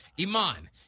Iman